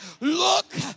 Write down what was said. Look